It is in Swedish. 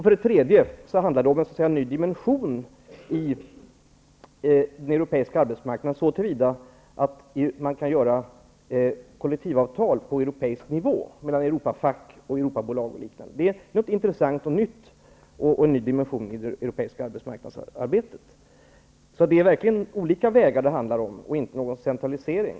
För det tredje handlar det om en ny dimension på den europeiska arbetsmarknaden så till vida att man kan införa kollektivavtal på europeisk nivå mellan Europafack och Europabolag. Det är intressant och nytt, och det innebär en ny dimension i det europeiska arbetsmarknadsarbetet. Det handlar verkligen om olika vägar och inte om någon centralisering.